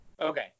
Okay